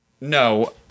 No